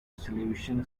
solution